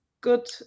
good